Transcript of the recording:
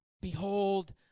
behold